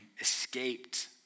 escaped